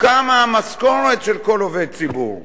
מה המשכורת של כל עובד ציבור.